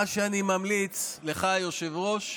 מה שאני ממליץ לך, היושב-ראש,